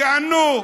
תיהנו,